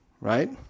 right